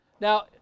now